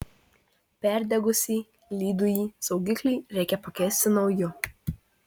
perdegusį lydųjį saugiklį reikia pakeisti nauju